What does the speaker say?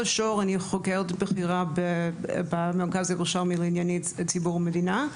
אני חוקרת בכירה במרכז ירושלמי לענייני ציבור ומדינה.